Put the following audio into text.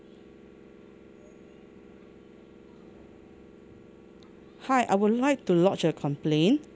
hi I would like to lodge a complaint